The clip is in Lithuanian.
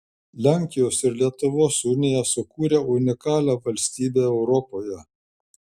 lenkijos ir lietuvos unija sukūrė unikalią valstybę europoje